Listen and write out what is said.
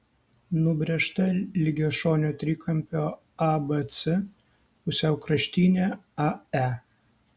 nubrėžta lygiašonio trikampio abc pusiaukraštinė ae